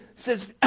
Says